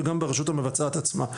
וגם ברשות המבצעת עצמה.